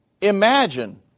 imagine